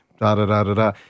da-da-da-da-da